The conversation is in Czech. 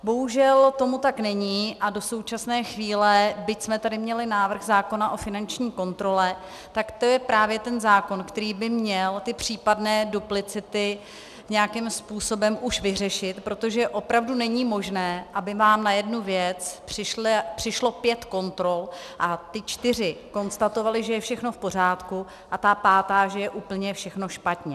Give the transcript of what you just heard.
Bohužel tomu tak není a do současné chvíle, byť jsme tady měli návrh zákona o finanční kontrole, tak to je právě ten zákon, který by měl ty případné duplicity nějakým způsobem už vyřešit, protože opravdu není možné, aby vám na jednu věc přišlo pět kontrol, čtyři konstatovaly, že je všechno v pořádku, a ta pátá, že je úplně všechno špatně.